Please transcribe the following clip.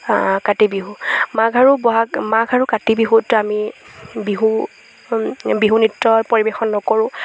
কাতি বিহু মাঘ আৰু বহাগ মাঘ আৰু কাতি বিহুত আমি বিহু বিহু নৃত্য পৰিৱেশন নকৰোঁ